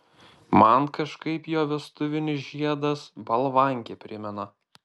man kažkaip jo vestuvinis žiedas balvankę primena